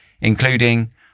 including